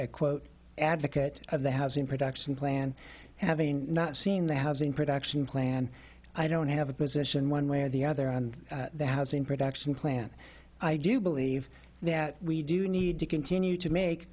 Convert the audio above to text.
and quote advocate of the housing production plan having not seen the housing production plan i don't have a position one way or the other on the housing production plant i do believe that we do need to continue to make